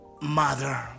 mother